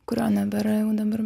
kurio nebėra jau dabar